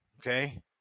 okay